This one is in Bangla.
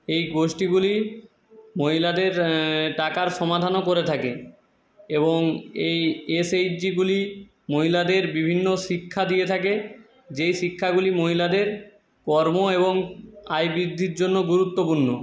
এই গোষ্ঠীগুলি মহিলাদের টাকার সমাধানও করে থাকে এবং এই এস এইচ জিগুলি মহিলাদের বিভিন্ন শিক্ষা দিয়ে থাকে যেই শিক্ষাগুলি মহিলাদের কর্ম এবং আয় বৃদ্ধির জন্য গুরুত্বপূর্ণ